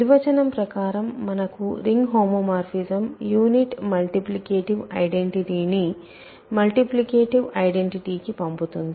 నిర్వచనం ప్రకారం మనకు ring homomorphism unit multiplicative identity ను మల్టిప్లికేటివ్ ఐడెంటిటీకు పంపుతుంది